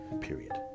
Period